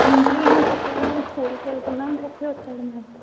ఇంట్లో ఏం చెప్పలే మ్యామ్ స్కూల్కి వెళ్తున్న అని చెప్పే వచ్చాడు మ్యామ్